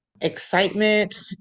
excitement